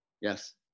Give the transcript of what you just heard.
Yes